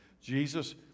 Jesus